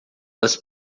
das